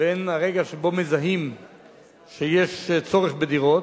בין הרגע שבו מזהים שיש צורך בדירות,